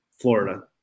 Florida